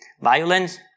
Violence